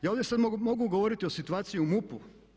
Ja ovdje sad mogu govoriti o situaciji u MUP-u.